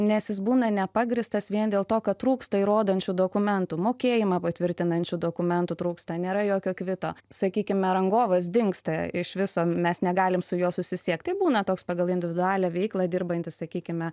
nes jis būna nepagrįstas vien dėl to kad trūksta įrodančių dokumentų mokėjimą patvirtinančių dokumentų trūksta nėra jokio kvito sakykime rangovas dingsta iš viso mes negalim su juo susisiekt tai būna toks pagal individualią veiklą dirbantis sakykime